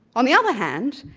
on the other hand,